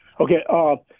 Okay